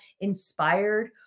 inspired